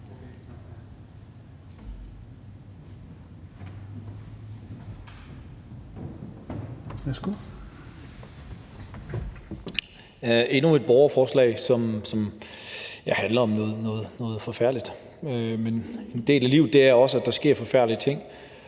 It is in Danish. Endnu et borgerforslag, som handler om noget forfærdeligt, men en del af livet er også, at der sker forfærdelige ting,